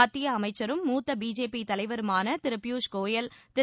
மத்திய அமைச்சரும் மூத்த பிஜேபி தலைவருமான திரு பியூஷ் கோயல் திரு